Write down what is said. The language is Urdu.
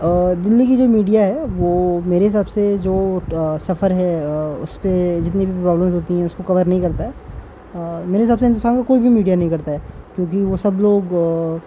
دہلی کی جو میڈیا ہے وہ میرے حساب سے جو سفر ہے اس پہ جتنی بھی پرابلمز ہوتی ہیں اس کو کور نہیں کرتا ہے میرے حساب سے ہندوستان کا کوئی بھی میڈیا نہیں کرتا ہے کیونکہ وہ سب لوگ